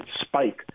spike